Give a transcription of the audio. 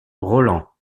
rolland